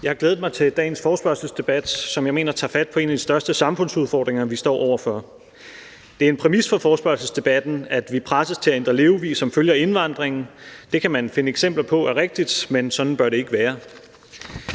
Jeg har glædet mig til dagens forespørgselsdebat, som jeg mener tager fat på en af de største samfundsudfordringer, vi står over for. Det er en præmis for forespørgselsdebatten, at vi presses til at ændre levevis som følge af indvandringen. Det kan man finde eksempler på er rigtigt, men sådan bør det ikke være.